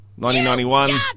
1991